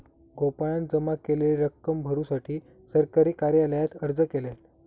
गोपाळान जमा केलेली रक्कम भरुसाठी सरकारी कार्यालयात अर्ज केल्यान